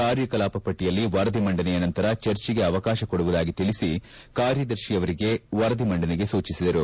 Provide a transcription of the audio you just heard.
ಕಾರ್ಯಕಲಾಪ ಪಟ್ಟಿಯಲ್ಲಿ ವರದಿ ಮಂಡನೆಯ ನಂತರ ಚರ್ಚೆಗೆ ಅವಕಾಶ ಕೊಡುವುದಾಗಿ ತಿಳಿಸಿ ಕಾರ್ಯದರ್ಶಿಯವರಿಗೆ ವರದಿ ಮಂಡನೆಗೆ ಸೂಚಿಸಿದರು